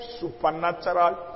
supernatural